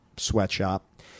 sweatshop